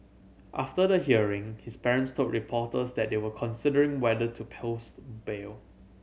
after the hearing his parents told reporters that they were considering whether to post bail